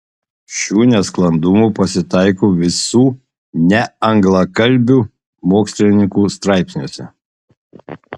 šių nesklandumų pasitaiko visų neanglakalbių mokslininkų straipsniuose